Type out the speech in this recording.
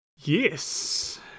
Yes